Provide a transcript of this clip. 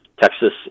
Texas